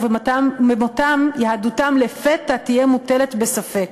ובמותם יהדותם לפתע תהיה מוטלת בספק.